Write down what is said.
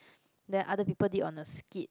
then other people did on the skit